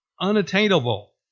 unattainable